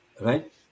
Right